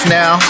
now